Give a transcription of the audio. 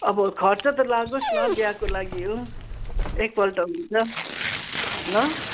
अब खर्च त लागोस् न विवाहको लागि हो एक पल्ट हुन्छ ल